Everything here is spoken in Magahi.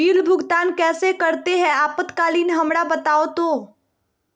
बिल भुगतान कैसे करते हैं आपातकालीन हमरा बताओ तो?